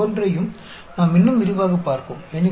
அவை ஒவ்வொன்றையும் நாம் இன்னும் விரிவாகப் பார்ப்போம்